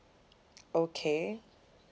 okay